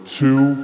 two